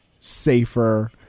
safer